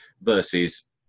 versus